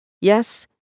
Yes